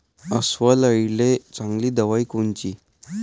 अस्वल अळीले चांगली दवाई कोनची?